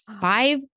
five